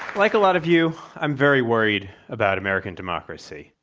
like a lot of you, i'm very worried about american democracy.